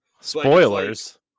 Spoilers